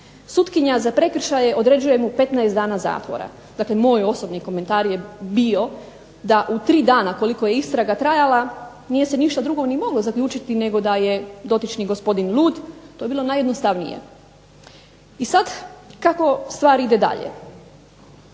sutkinja za prekršaje određuje mu 15 dana zatvora. Dakle, moj osobni komentar je bio da u tri dana koliko je istraga trajala nije se moglo ništa drugo ni zaključiti nego da je dotični gospodin lud. To bi bilo najjednostavnije. I sada kako stvar ide dalje,